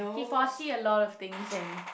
he foresee a lot of things and